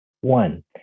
one